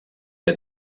que